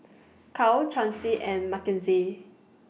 Cal Chauncey and Makenzie